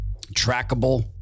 trackable